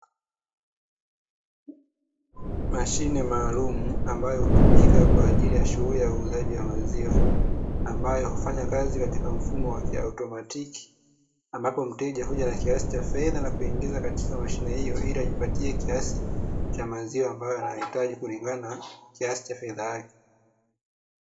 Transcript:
Mashine maalumu ambayo hutumika kwajili ya huuzaji wa maziwa ambao hufanya kazi katika mfumo wa kiomatiki ambapo mteja huja na kiasi cha fedha na huingiza katika mashine hio ili kujipatia kiasi cha maziwa anachohitaji kulingana na pesa yake.